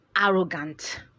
arrogant